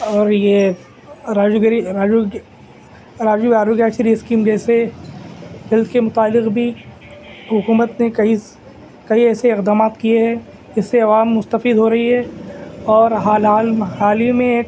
اور یہ راجوگری راجو راجو کیگسری اسکیم جیسے اس کے متعلق بھی حکومت نے کئی کئی ایسے اقدامات کئے ہے جس سے عوام مستفیض ہو رہی ہے اور حلال حال ہی میں ایک